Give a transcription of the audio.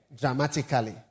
dramatically